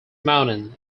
mountain